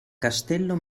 castello